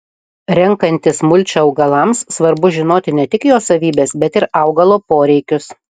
renkantis mulčią augalams svarbu žinoti ne tik jo savybes bet ir augalo poreikius